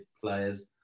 players